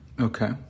Okay